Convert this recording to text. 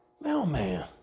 Mailman